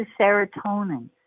serotonin